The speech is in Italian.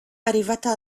arrivata